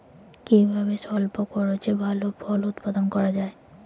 কিভাবে স্বল্প খরচে ভালো ফল উৎপাদন করা যায়?